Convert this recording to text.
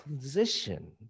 position